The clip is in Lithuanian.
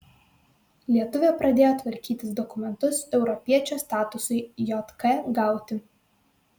lietuvė pradėjo tvarkytis dokumentus europiečio statusui jk gauti